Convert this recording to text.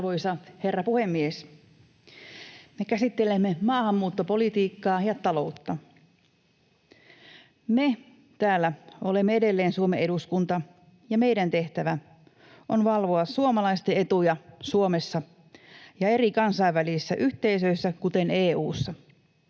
Arvoisa herra puhemies! Me käsittelemme maahanmuuttopolitiikkaa ja taloutta. Me täällä olemme edelleen Suomen eduskunta, ja meidän tehtävämme on valvoa suomalaisten etuja Suomessa ja eri kansainvälisissä yhteisöissä, kuten EU:ssa.